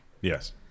yes